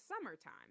summertime